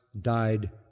died